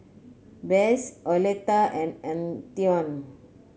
Besse Oleta and Antione